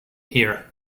here